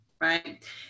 right